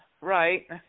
right